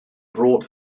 brought